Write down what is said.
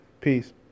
Peace